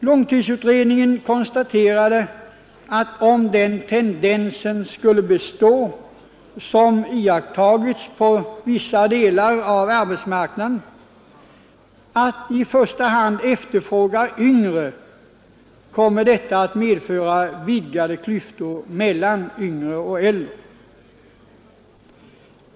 Långtidsutredningen konstaterar att om den tendens skulle bestå som iakttagits på vissa delar av arbetsmarknaden — att i första hand efterfråga yngre — kommer detta att medföra vidgade klyftor mellan yngre och äldre.